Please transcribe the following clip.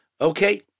Okay